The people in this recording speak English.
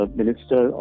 minister